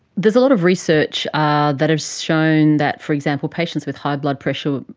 there's a lot of research ah that has shown that, for example, patients with high blood pressure,